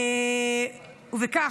לפיכך,